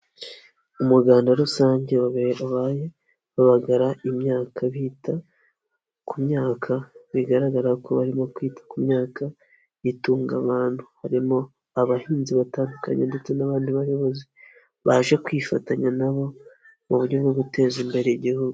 Umuganda rusange wabaye babagara imyaka bita ku myaka bigaragara ko barimo kwita ku myaka itunga abantu harimo abahinzi batandukanye ndetse n'abandi bayobozi baje kwifatanya nabo mu buryo bwo guteza imbere igihugu.